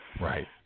Right